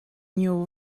new